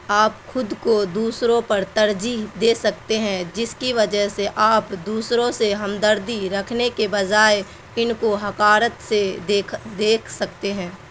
آپ خود کو دوسروں پر ترجیح دے سکتے ہیں جس کی وجہ سے آپ دوسروں سے ہمدردی رکھنے کے بجائے ان کو حقارت سے دیکھ دیکھ سکتے ہیں